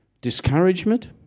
Discouragement